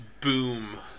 boom